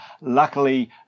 luckily